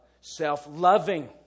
self-loving